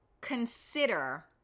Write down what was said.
consider